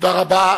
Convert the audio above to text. תודה רבה.